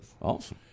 awesome